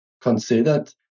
considered